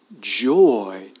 joy